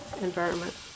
environment